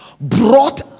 brought